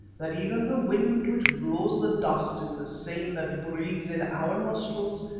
that even the wind which blows the dust is the same that breathes in our nostrils,